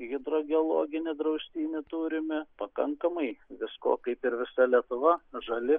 hidrogeologinį draustinį neturime pakankamai visko kaip ir visa lietuva žali